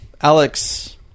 Alex